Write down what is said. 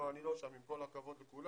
לא, אני לא שם, עם כל הכבוד לכולם,